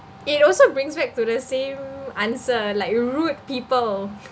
it also brings back to the same answer like rude people